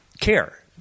care